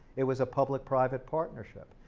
it was a public-private partnership.